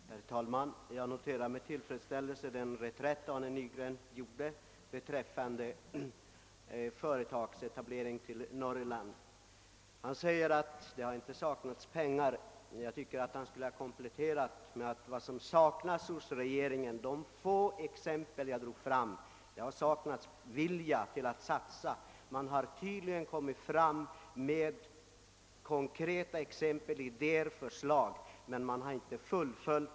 Herr talman! Jag noterade med tillfredsställelse den reträtt herr Nygren gjorde beträffande företagsetablering i Norrland. Han sade att det inte har saknats pengar, men jag tycker att han borde ha kompletterat med att säga att vad som saknats hos regeringen har varit vilja att satsa. Det framgår av de få exempel jag anförde. Konkreta idéer och förslag har lagts fram, men de har inte fullföljts.